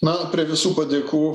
na prie visų padėkų